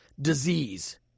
disease